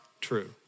true